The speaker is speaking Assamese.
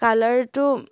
কালাৰটো